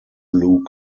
blue